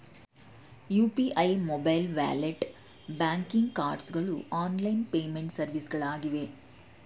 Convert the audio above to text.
UPI, mobile wallet, banking cards ಗಳು online payment ಸರ್ವಿಸ್ಗಳಾಗಿವೆ